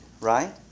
right